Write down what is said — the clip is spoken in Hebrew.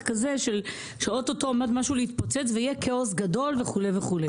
כזה שאו טו טו משהו עומד להתפוצץ ויהיה כאוס גדול וכו' וכו'.